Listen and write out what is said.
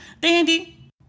Dandy